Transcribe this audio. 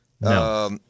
No